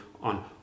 on